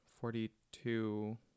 Forty-two